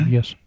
Yes